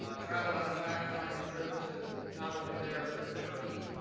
ah traveled on a fact finding trip to not only there, but turkey.